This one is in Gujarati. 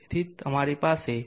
તેથી તમારી પાસે પી